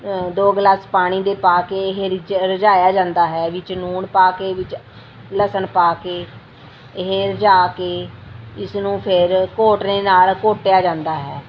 ਦੋ ਗਿਲਾਸ ਪਾਣੀ ਦੇ ਪਾ ਕੇ ਇਹ ਰਿਝ ਰਿੱਝਾਇਆ ਜਾਂਦਾ ਹੈ ਵਿੱਚ ਲੂਣ ਪਾ ਕੇ ਵਿੱਚ ਲਸਣ ਪਾ ਕੇ ਇਹ ਰਿੱਝਾ ਕੇ ਇਸ ਨੂੰ ਫੇਰ ਘੋਟਣੇ ਨਾਲ ਘੋਟਿਆ ਜਾਂਦਾ ਹੈ